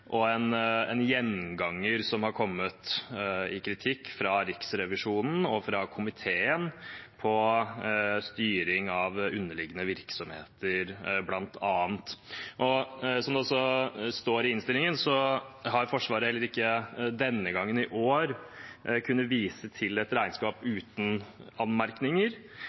vært en gjenganger for Riksrevisjonens og komiteens kritikk med hensyn til styring av underliggende virksomheter bl.a. Som det også står i innstillinga, har Forsvaret heller ikke denne gangen kunnet vise til et regnskap uten anmerkninger,